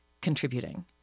Contributing